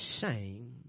shame